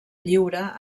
lliure